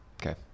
Okay